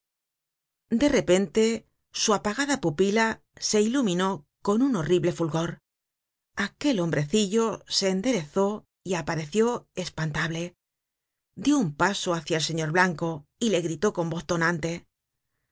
de repente su apagada pupila se iluminó con un horrible fulgor aquel hombrecillo se enderezó y apareció espantable dió un paso hácia el señor blanco y le gritó con voz tonante